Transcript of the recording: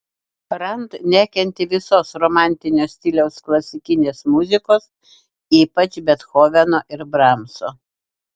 rand nekentė visos romantinio stiliaus klasikinės muzikos ypač bethoveno ir bramso